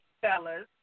fellas